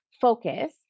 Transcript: focus